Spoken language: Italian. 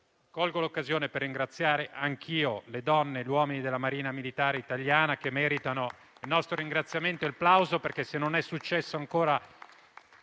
Colgo l'occasione per ringraziare anche io le donne e gli uomini della Marina militare italiana, che meritano il nostro ringraziamento e il plauso perché, se non è successo ancora